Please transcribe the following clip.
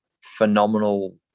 Phenomenal